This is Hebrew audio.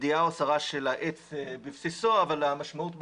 גדיעה או הסרה של העץ בבסיסו אבל המשמעות בחוק,